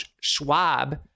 Schwab